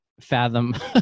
fathom